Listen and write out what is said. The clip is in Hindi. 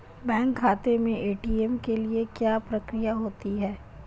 बैंक खाते में ए.टी.एम के लिए क्या प्रक्रिया होती है?